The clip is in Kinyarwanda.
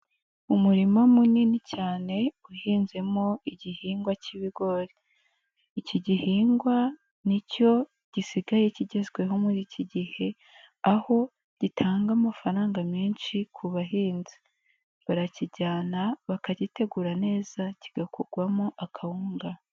Umurima munini cyane uhinzemo igihingwa k'ibigori. Iki gihingwa nicyo gisigaye kigezweho muri iki gihe aho gitanga amafaranga menshi ku bahinzi. Barakijyana bakagitegura neza kigakorwamo akawunga.